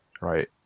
Right